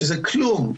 שזה כלום.